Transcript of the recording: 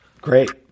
Great